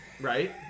Right